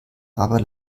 aber